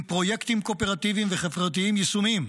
פרויקטים קואופרטיביים וחברתיים יישומיים,